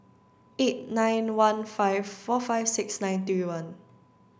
eight nine one five four five six nine three one